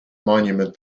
monument